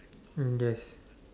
mm yes